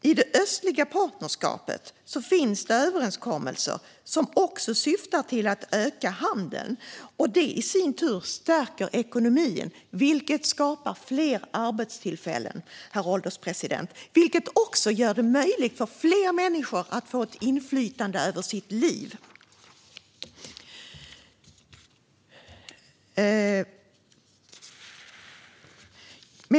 I det östliga partnerskapet finns det överenskommelser som också syftar till att öka handeln, vilket i sin tur stärker ekonomin. Det skapar fler arbetstillfällen, herr ålderspresident, och gör det möjligt för fler människor att få inflytande över sitt liv.